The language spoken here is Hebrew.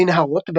בנהרות,